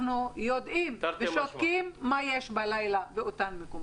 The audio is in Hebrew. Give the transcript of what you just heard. אנחנו יודעים ושותקים מה יש בלילה באותם מקומות.